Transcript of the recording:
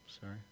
sorry